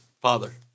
Father